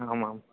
आमाम्